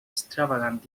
extravagant